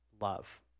love